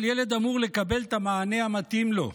כל ילד אמור לקבל את המענה המתאים לו.